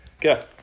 Go